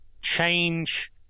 change